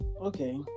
Okay